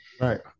Right